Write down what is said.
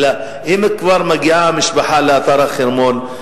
אלא אם כבר מגיעה המשפחה לאתר החרמון,